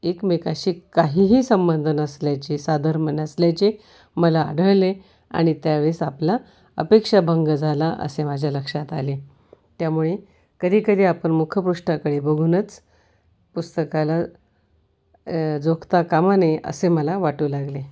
एकमेकाशी काहीही संबंध नसल्याचे साधर्म्य नसल्याचे मला आढळले आणि त्यावेळेस आपला अपेक्षाभंग झाला असे माझ्या लक्षात आले त्यामुळे कधीकधी आपण मुखपृष्ठाकडे बघूनच पुस्तकाला जोखता कामा नये असे मला वाटू लागले